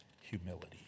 humility